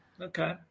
Okay